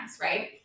right